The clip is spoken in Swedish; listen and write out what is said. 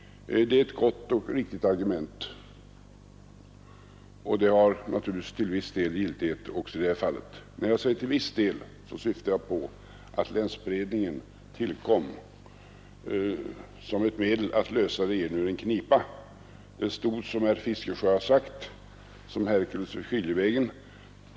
Det var ett gott och riktigt argument, och det har naturligtvis till viss del giltighet också i detta fall. När jag säger ”till viss del” syftar jag på att länsberedningen tillkom som ett medel att hjälpa regeringen ur en knipa. Den stod, som herr Fiskesjö sagt, som Herkules vid skiljevägen.